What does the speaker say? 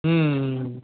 हं